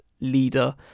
leader